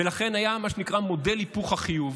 לכן היה מודל היפוך החיוב.